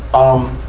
um,